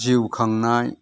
जिउ खांनाय